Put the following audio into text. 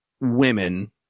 women